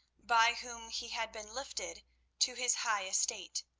by whom he had been lifted to his high estate.